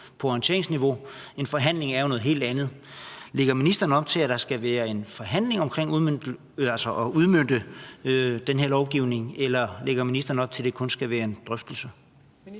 på orienteringsniveau. En forhandling er noget helt andet. Lægger ministeren op til, at der skal være en forhandling omkring udmøntningen af den her lovgivning, eller lægger ministeren op til, at det kun skal være en drøftelse?